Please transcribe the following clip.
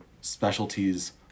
specialties